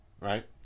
right